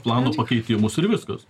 plano pakeitimus ir viskas